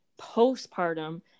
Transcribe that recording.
postpartum